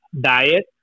diet